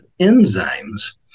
enzymes